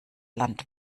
land